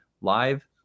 live